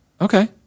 Okay